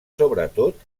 sobretot